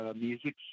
music